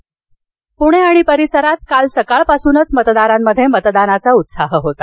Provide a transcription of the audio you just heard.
पणे परिसर पुणे आणि परिसरात सकाळपासूनच मतदारांमध्ये मतदानाचा उत्साह होता